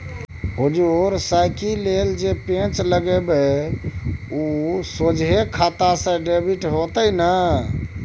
हुजुर साइकिल लेल जे पैंच लेबय ओ सोझे खाता सँ डेबिट हेतेय न